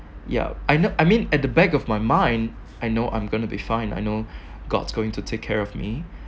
yeah I I mean at the back of my mind I know I'm going to be fine I know god's going to take care of me